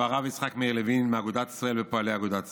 הוא הרב יצחק מאיר לוין מאגודת ישראל ופועלי אגודת ישראל.